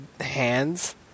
hands